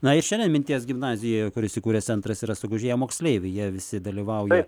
nair šiandien minties gimnazijoje kur įsikūręs centras yra sugužėję moksleiviai jie visi dalyvauja